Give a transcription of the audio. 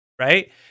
right